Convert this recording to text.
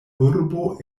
urbo